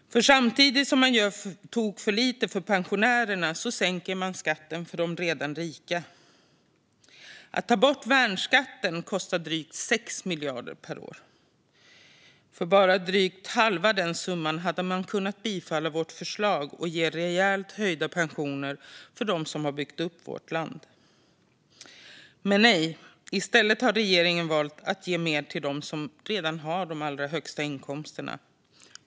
Samtidigt som man gör på tok för lite för pensionärerna sänker man skatten för de redan rika. Att ta bort värnskatten kostar drygt 6 miljarder per år. För bara drygt halva den summan hade man kunnat bifalla vårt förslag och ge rejält höjda pensioner för dem som byggt upp vårt land. Men nej, i stället har regeringen valt att ge mer till dem som har de allra högsta inkomsterna.